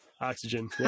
Oxygen